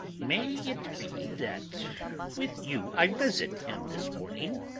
may it be that with you i visit him this morning?